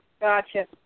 Gotcha